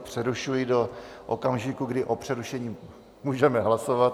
Přerušuji do okamžiku, kdy o přerušení můžeme hlasovat.